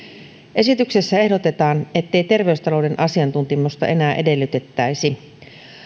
esityksessä ehdotetaan ettei terveystalouden asiantuntemusta enää edellytettäisi